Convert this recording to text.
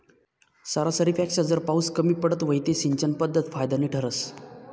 सरासरीपेक्षा जर पाउस कमी पडत व्हई ते सिंचन पध्दत फायदानी ठरस